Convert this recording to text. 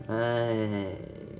!hais!